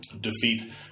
defeat